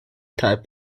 taille